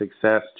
success